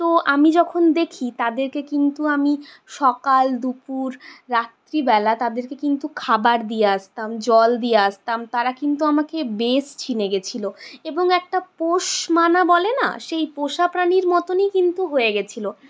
তো আমি যখন দেখি তাদেরকে কিন্তু আমি সকাল দুপুর রাত্রিবেলা তাদেরকে কিন্তু খাবার দিয়ে আসতাম জল দিয়ে আসতাম তারা কিন্তু আমাকে বেশ চিনে গেছিল এবং একটা পোষ মানা বলে না সেই পোষা প্রাণীর মতনই কিন্তু হয়ে গেছিল